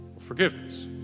forgiveness